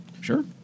Sure